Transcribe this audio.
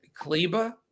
Kleba